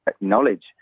knowledge